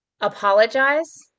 apologize